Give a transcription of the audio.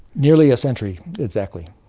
nearly a century exactly,